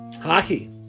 hockey